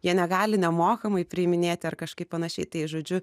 jie negali nemokamai priiminėti ar kažkaip panašiai tai žodžiu